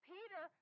Peter